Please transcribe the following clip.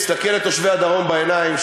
תסתכל לתושבי הדרום בעיניים,